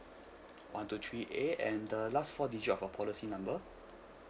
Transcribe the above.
one two three A and the last four digit of your policy number